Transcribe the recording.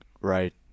right